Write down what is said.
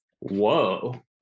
whoa